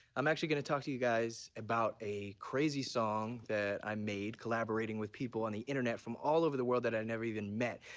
i'm actually gonna talk to you guys about a crazy song that i made collaborating with people on the internet from all over the world that i've never even met.